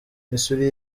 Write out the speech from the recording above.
missouri